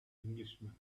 englishman